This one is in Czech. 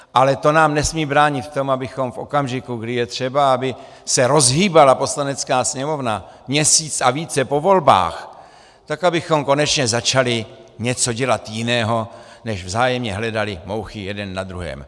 Ale to nám nesmí bránit v tom, abychom v okamžiku, kdy je třeba, aby se rozhýbala Poslanecká sněmovna měsíc a více po volbách, tak abychom konečně začali dělat něco jiného, než vzájemně hledali mouchy jeden na druhém.